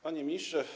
Panie Ministrze!